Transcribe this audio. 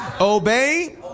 obey